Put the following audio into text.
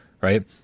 right